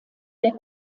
der